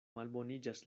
malboniĝas